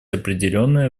определенное